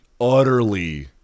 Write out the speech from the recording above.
utterly